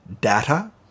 Data